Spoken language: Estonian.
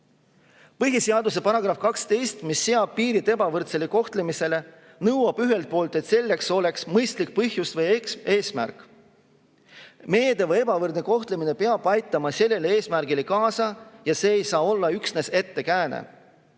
Põhiseaduse § 12, mis seab piirid ebavõrdsele kohtlemisele, nõuab ühelt poolt, et selleks oleks mõistlik põhjus või eesmärk. Meede või ebavõrdne kohtlemine peab aitama sellele eesmärgile kaasa ja see ei saa olla üksnes ettekääne.